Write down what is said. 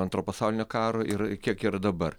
antro pasaulinio karo ir kiek yra dabar